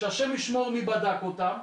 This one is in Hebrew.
שהשם ישמור מי בדק אותן.